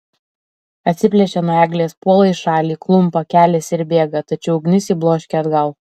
atsiplėšia nuo eglės puola į šalį klumpa keliasi ir bėga tačiau ugnis jį bloškia atgal